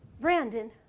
Brandon